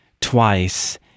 twice